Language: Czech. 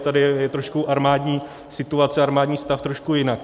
Tady je trošku armádní situace, armádní stav trošku jinak.